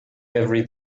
every